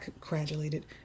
congratulated